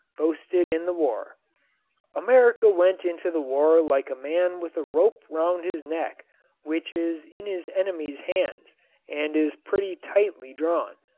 boasted in the war america went into the war like a man with a rope round his neck which is in his enemy's hands and is pretty tightly drawn.